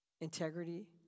integrity